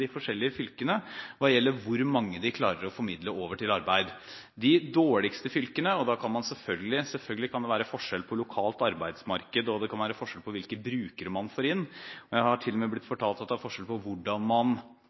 de forskjellige fylkene hva gjelder hvor mange de klarer å formidle over til arbeid. Det kan selvfølgelig være forskjell på lokale arbeidsmarkeder, og det kan være forskjell på hvilke brukere man får inn, og jeg har til og med blitt fortalt at det er forskjell på hvordan man